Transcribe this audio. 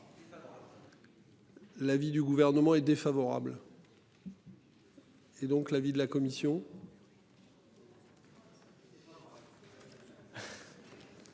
L'avis du gouvernement est défavorable. Et donc l'avis de la commission.